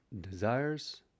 Desires